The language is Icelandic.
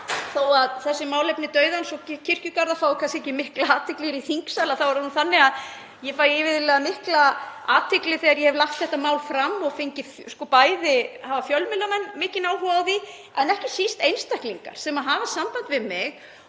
þó að þessi málefni dauðans og kirkjugarða fái kannski ekki mikla athygli hér í þingsal þá er það nú þannig að ég fæ iðulega mikla athygli þegar ég hef lagt þetta mál fram. Bæði hafa fjölmiðlamenn mikinn áhuga á því en ekki síst einstaklingar sem hafa samband við mig